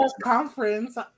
conference